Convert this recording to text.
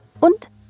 und